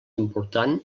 important